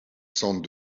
centres